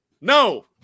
no